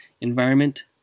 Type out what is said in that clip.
environment